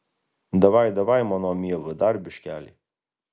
davai davaj mano miela dar biškelį